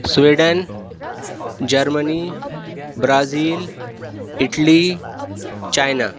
Sweden Germany Brazil Italy China